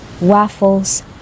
waffles